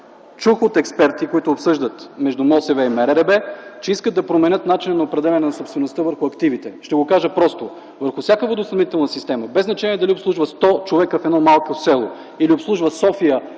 Чух от експерти, които обсъждат между МОСВ и МРРБ, че искат да променят начина на определяне на собствеността върху активите. Ще го кажа просто: върху всяка водоснабдителна система, без значение дали обслужва 100 човека в едно малко село или обслужва София